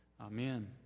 Amen